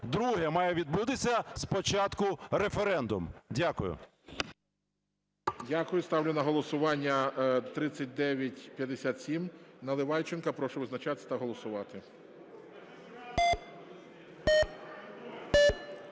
друге – має відбутися спочатку референдум. Дякую. ГОЛОВУЮЧИЙ. Дякую. Ставлю на голосування 3957 Наливайченка. Прошу визначатись та голосувати.